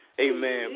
Amen